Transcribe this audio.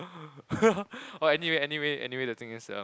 oh anyway anyway anyway the thing is erm